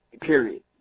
period